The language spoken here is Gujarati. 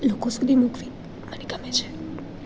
લોકો સુધી મૂકવી મને ગમે છે